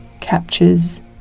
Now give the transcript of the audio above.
captures